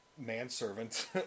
Manservant